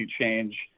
change